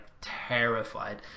terrified